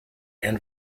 and